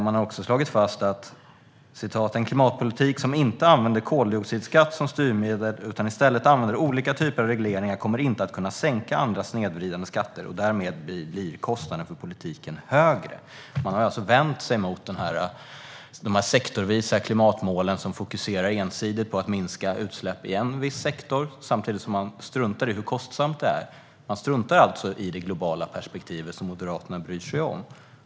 De har också slagit fast följande: "En klimatpolitik som inte använder koldioxidskatt som styrmedel utan istället använder olika typer av regleringar kommer inte kunna sänka andra snedvridande skatter och därmed blir kostnaderna för politiken högre." De har alltså vänt sig mot de sektorsvisa klimatmålen, där man ensidigt fokuserar på att minska utsläppen i en viss sektor samtidigt som man struntar i hur kostsamt det är. Man struntar alltså i det globala perspektivet, som Moderaterna bryr sig om.